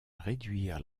réduire